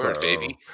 baby